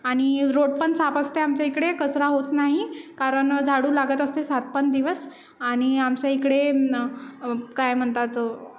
आणि रोडपण साफ असते आमच्या इकडे कचरा होत नाही कारण झाडू लागत असते सातपण दिवस आणि आमच्या इकडे काय म्हणतात